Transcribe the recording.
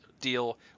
deal